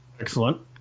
Excellent